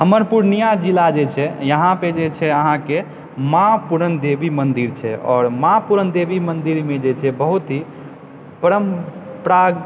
हमर पूर्णिया जिला जे छै यहाँपर जे छै अहाँके माँ पूरणदेवी मन्दिर छै आओर माँ पूरणदेवी मन्दिरमे जे छै बहुत ही परम्परा